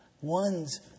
ones